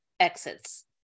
Exits